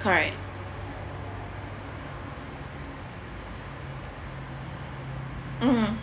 correct mmhmm